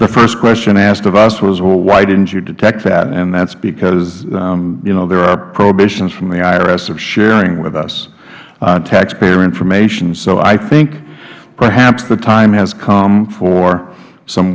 the first question asked of us was well why didn't you detect that and that is because you know there are prohibitions from the irs of sharing with us taxpayer information so i think perhaps the time has come for some